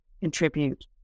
contribute